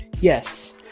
Yes